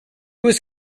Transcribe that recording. was